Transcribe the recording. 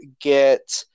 get